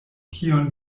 kion